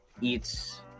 eats